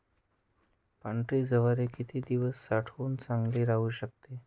पांढरी ज्वारी किती दिवस साठवून चांगली राहू शकते?